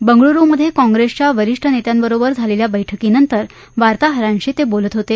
बंगळूरुमधे कॉंप्रिसच्या वरीष्ठ नेत्यांबरोबर झालेल्या बैठकीनंतर वार्ताहरांशी बोलत होते